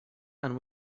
and